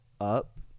up